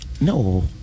no